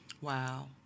Wow